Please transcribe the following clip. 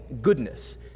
goodness